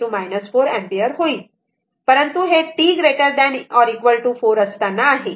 467 ampere होईल परंतु हे t 4 असताना आहे